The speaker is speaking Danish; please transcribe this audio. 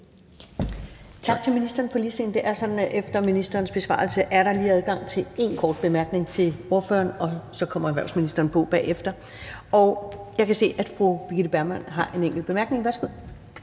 Tak til ministeren for ligestilling. Det er sådan, at der efter ministerens besvarelse lige er adgang til en kort bemærkning til ordførerne, og så kommer erhvervsministeren på bagefter. Jeg kan se, at fru Birgitte Bergman har en enkelt bemærkning. Værsgo.